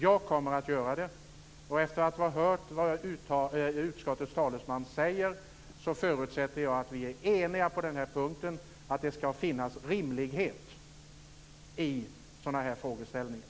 Jag kommer att göra det, och efter att ha hört utskottets talesman uttala sig förutsätter jag att vi är eniga på det här punkten, att det skall finnas rimlighet i sådana här frågeställningar.